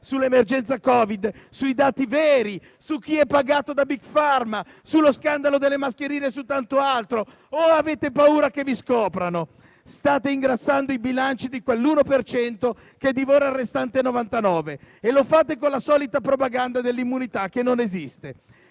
sull'emergenza Covid, sui dati veri, su chi è pagato da Big Pharma, sullo scandalo delle mascherine e su tanto altro, o avete paura che vi scoprano? State ingrassando i bilanci di quell'1 per cento che divora il restante 99 per cento e lo fate con la solita propaganda dell'immunità, che non esiste.